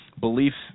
beliefs